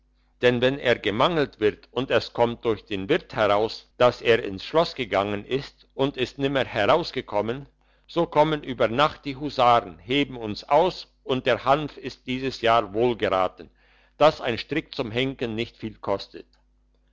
denn wenn er gemangelt wird und es kommt durch den wirt heraus dass er ins schloss gegangen ist und ist nimmer herausgekommen so kommen über nacht die husaren heben uns aus und der hanf ist dies jahr wohlgeraten dass ein strick zum henken nicht viel kostet